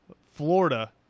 Florida